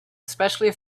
especially